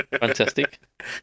fantastic